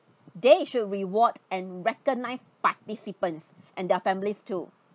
they should reward and recognise participants and their families too